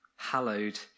Hallowed